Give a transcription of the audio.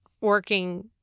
working